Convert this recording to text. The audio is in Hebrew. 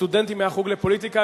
הסטודנטים מהחוג לפוליטיקה,